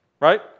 Right